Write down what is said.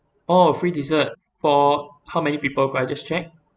oh free dessert for how many people could I just check